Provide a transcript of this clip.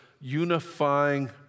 unifying